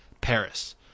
paris